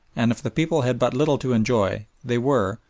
and if the people had but little to enjoy they were,